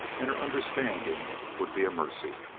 and her understanding would be a mercy.